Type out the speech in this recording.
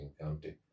County